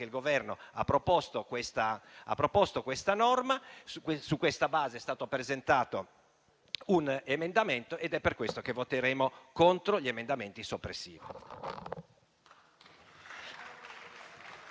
il Governo ha proposto questa norma e su questa base è stato presentato un emendamento ed è per questo che voteremo contro gli emendamenti soppressivi.